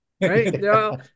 right